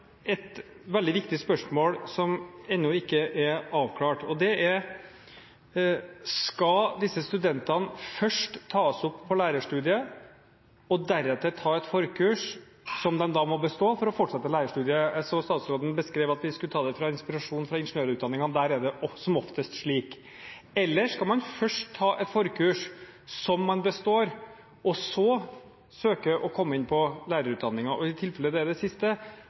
et veldig viktig spørsmål som enda ikke er avklart, og det er om disse studentene først skal tas opp på lærerstudiet og deretter ta et forkurs som de må bestå for å fortsette lærerstudiet? Jeg så statsråden beskrive at dette var etter inspirasjon fra ingeniørutdanningen, der er det som oftest slik. Eller skal man først ta et forkurs som man består, og så søke om å komme inn på lærerutdanningen? I tilfellet at det er det siste,